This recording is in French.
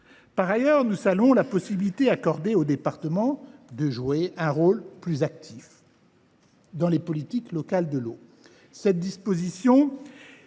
Par ailleurs, nous saluons la possibilité accordée aux départements de jouer un rôle plus actif dans les politiques locales de l’eau. Cette disposition,